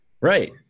Right